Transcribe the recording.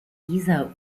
dieser